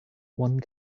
one